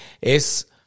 Es